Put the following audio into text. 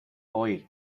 oír